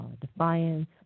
defiance